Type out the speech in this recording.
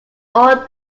all